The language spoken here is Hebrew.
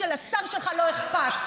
כשלשר שלך לא אכפת.